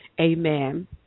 Amen